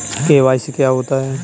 KYC क्या होता है?